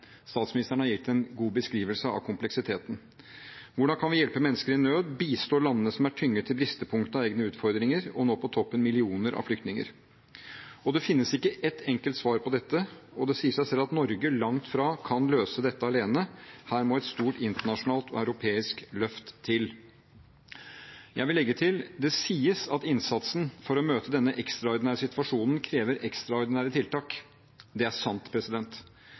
Statsministeren har gitt en god beskrivelse av kompleksiteten. Hvordan kan vi hjelpe mennesker i nød, bistå landene som er tynget til bristepunktet av egne utfordringer og nå på toppen millioner av flyktninger? Det finnes ikke et enkelt svar på dette, og det sier seg selv at Norge langt fra kan løse dette alene. Her må det et stort internasjonalt og europeisk løft til. Jeg vil legge til: Det sies at innsatsen for å møte denne ekstraordinære situasjonen krever ekstraordinære tiltak. Det er sant.